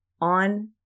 on